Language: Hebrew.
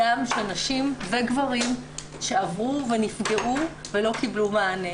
בדם של נשים וגברים שעברו ונפגעו ולא קיבלו מענה.